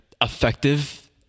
effective